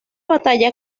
batalla